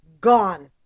gone